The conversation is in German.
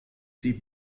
die